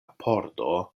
pordo